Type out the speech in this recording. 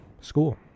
school